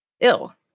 Ill